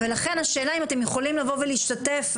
ולכן השאלה אם אתם יכולים לבוא ולהשתתף,